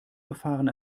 befahren